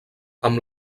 amb